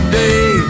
day